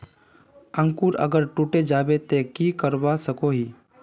अंकूर अगर टूटे जाबे ते की करवा सकोहो ही?